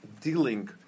dealing